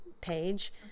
page